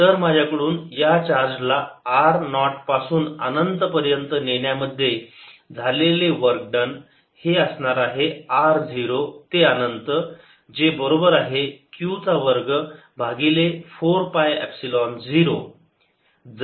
तर माझ्याकडून या चार्ज ला r नॉट पासून अनंत पर्यंत नेण्यामध्ये झालेले वर्क डन हे असणार आहे r 0 ते अनंत जे बरोबर आहे q चा वर्ग भागिले 4 पाय एपसिलोन 0